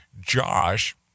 Josh